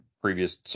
previous